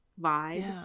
vibes